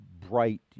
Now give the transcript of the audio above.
bright